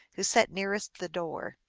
who sat nearest the door.